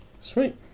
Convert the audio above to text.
Sweet